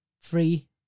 free